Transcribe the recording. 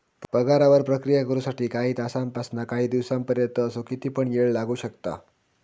पगारावर प्रक्रिया करु साठी काही तासांपासानकाही दिसांपर्यंत असो किती पण येळ लागू शकता